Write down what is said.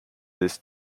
this